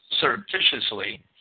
surreptitiously